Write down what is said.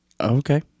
Okay